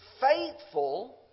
faithful